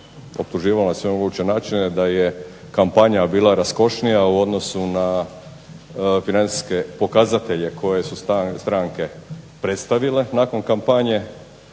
optuživalo na sve moguće načine da je kampanja bila raskošnija u odnosu na financijske pokazatelje koje su stranke predstavile nakon kampanje.